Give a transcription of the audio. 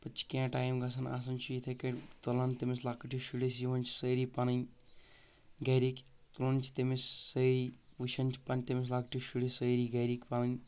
پتہٕ چھُ کیٚنٛہہ ٹایم گژھان آسان چھُ یِتھے کَنۍ تُلان چھ تٔمِس لۄکٹِس شُرِس یِوان چھ تٔمِس سأری پنٕنۍ گرِکۍ تُلان چھ تٔمِس سٲری وٕچھان چھ پتہٕ تٔمِس لۄکٹِس شُرِس سأری گرِکۍ پنٕنۍ